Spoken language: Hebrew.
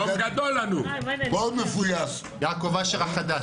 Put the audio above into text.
גברתי היושבת-ראש הזמנית הקבועה,